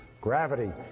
gravity